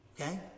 Okay